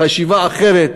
חשיבה אחרת,